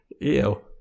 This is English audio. Ew